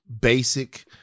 basic